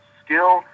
skill